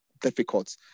difficult